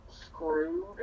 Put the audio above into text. screwed